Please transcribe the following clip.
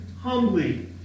humbly